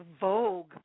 Vogue